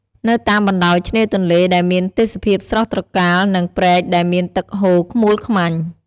នៅតាមបណ្តោយឆ្នេរទន្លេដែលមានទេសភាពស្រស់ត្រកាល និងព្រែកដែលមានទឹកហូរខ្មួលខ្មាញ់ ។